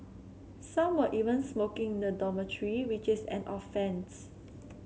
some were even smoking in the dormitory which is an offence